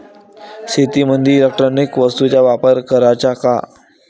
शेतीमंदी इलेक्ट्रॉनिक वस्तूचा वापर कराचा का?